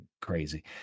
crazy